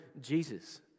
Jesus